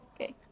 Okay